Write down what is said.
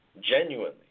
genuinely